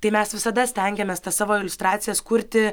tai mes visada stengiamės tas savo iliustracijas kurti